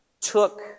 took